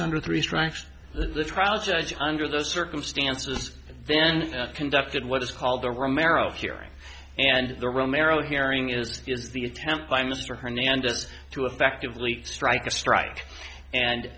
under three strikes as the trial judge under those circumstances and then conducted what is called the romero hearing and the romero hearing is is the attempt by mr hernandez to effectively strike a strike and